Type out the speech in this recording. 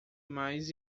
mais